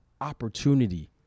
opportunity